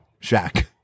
Shaq